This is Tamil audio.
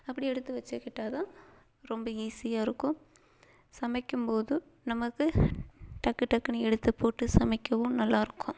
அப்படி எடுத்து வச்சிக்கிட்டால்தான் ரொம்ப ஈஸியாக இருக்கும் சமைக்கும்போது நமக்கு டக்கு டக்குன்னு எடுத்துப்போட்டு சமைக்கவும் நல்லாயிருக்கும்